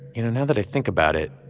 you know, now that i think about it,